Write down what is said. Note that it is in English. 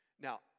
Now